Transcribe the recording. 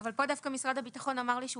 אבל פה דווקא משרד הביטחון אמר לי שהוא